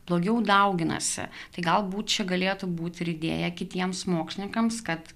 blogiau dauginasi tai galbūt čia galėtų būti ir idėja kitiems mokslininkams kad